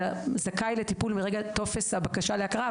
אתה זכאי לטיפול מרגע הגשת טופס הבקשה להכרה.